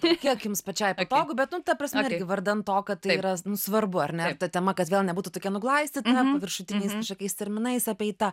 tiek kiek jums pačiai patogu bet ta prasme vardan to kad tai yra svarbu ar ne ta tema kad gal nebūtų tokia nuglaistyta viršutiniais dvišakais terminais apeita